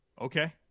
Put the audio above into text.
Okay